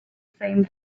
same